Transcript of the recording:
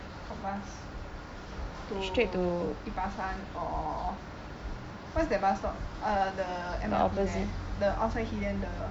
got bus to 一八三 or what is that bus stop err the M_R_T there the outside hillion the